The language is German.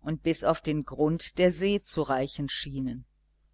und bis auf den grund der see zu reichen schienen